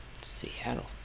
Seattle